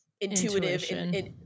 intuitive